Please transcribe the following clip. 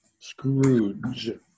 Scrooge